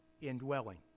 indwelling